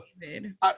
David